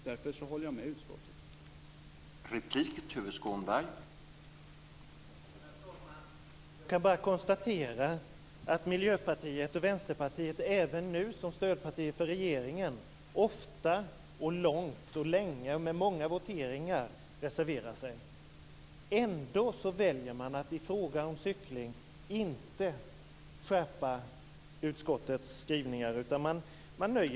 Därför stöder jag utskottets förslag.